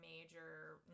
major